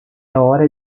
hora